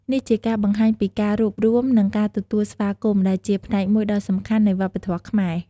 នេះជាការបង្ហាញពីការរួបរួម និងការទទួលស្វាគមន៍ ដែលជាផ្នែកមួយដ៏សំខាន់នៃវប្បធម៌ខ្មែរ។